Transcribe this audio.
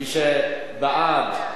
מי שבעד,